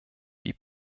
die